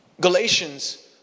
Galatians